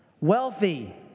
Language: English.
wealthy